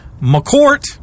McCourt